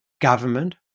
government